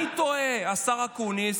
אני תוהה, השר אקוניס,